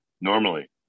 normally